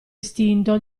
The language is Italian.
istinto